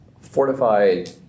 fortified